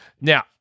Now